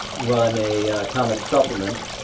run a comic supplement,